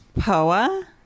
Poa